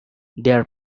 their